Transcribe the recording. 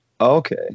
okay